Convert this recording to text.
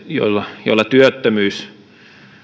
joilla joilla työttömyys